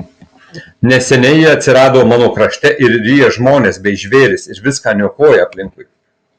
neseniai ji atsirado mano krašte ir ryja žmones bei žvėris ir viską niokoja aplinkui